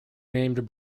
named